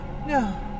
No